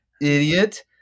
idiot